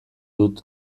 dut